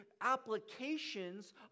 applications